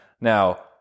Now